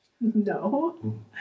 No